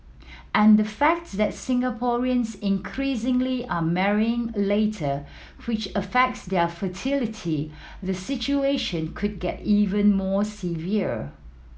add the fact that Singaporeans increasingly are marrying later which affects their fertility the situation could get even more severe